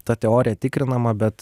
ta teorija tikrinama bet